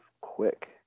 quick